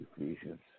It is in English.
Ephesians